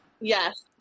Yes